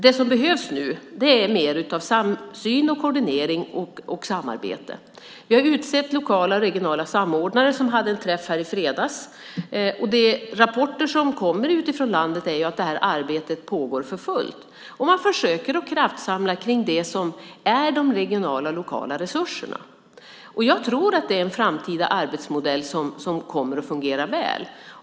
Det som nu behövs är mer av samsyn, koordinering och samarbete. Vi har utsett lokala och regionala samordnare som hade en träff här i fredags. De rapporter som kommer utifrån landet är att arbetet pågår för fullt. Man försöker att kraftsamla kring det som är de regionala och lokala resurserna. Jag tror att det är en framtida arbetsmodell som kommer att fungera väl.